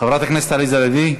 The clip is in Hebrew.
חברת הכנסת עליזה לביא,